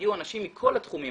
הגיעו אנשים מכל התחומים,